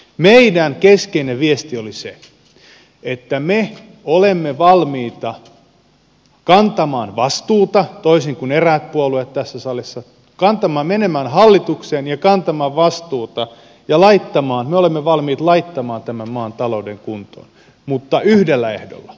meidän keskeinen viestimme oli se että me olemme valmiita kantamaan vastuuta toisin kuin eräät puolueet tässä salissa menemään hallitukseen ja kantamaan vastuuta ja laittamaan me olemme valmiit laittamaan tämän maan talouden kuntoon mutta yhdellä ehdolla